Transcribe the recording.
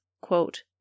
quote